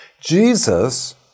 Jesus